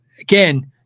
again